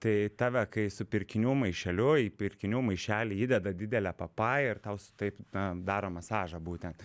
tai tave kai su pirkinių maišeliu į pirkinių maišelį įdeda didelę papają ir tau su taip na daro masažą būtent